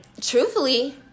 truthfully